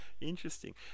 Interesting